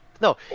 No